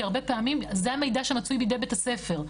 כי הרבה פעמים זה המידע שמצוי בידי בית הספר.